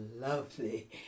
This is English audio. lovely